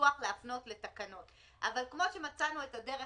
בניסוח להפנות לתקנות, אבל כמו שמצאנו את הדרך